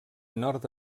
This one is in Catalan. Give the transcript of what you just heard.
nord